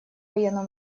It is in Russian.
военно